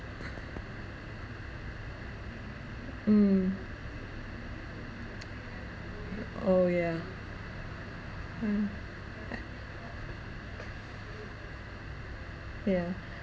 mm oh yeah mm yeah